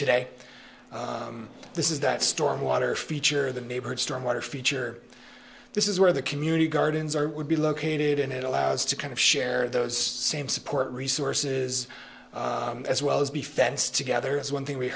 today this is that storm water feature the neighborhood storm water feature this is where the community gardens are would be located and it allows us to kind of share those same support resources as well as be fenced together as one thing we